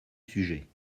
sujet